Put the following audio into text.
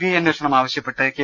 I അന്വേഷണം ആവശ്യപെട്ട് K